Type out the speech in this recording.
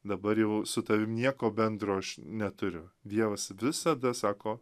dabar jau su tavim nieko bendro aš neturiu dievas visada sako